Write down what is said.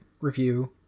review